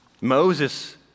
Moses